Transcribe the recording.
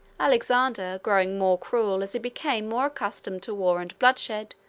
alexander, growing more cruel as he became more accustomed to war and bloodshed,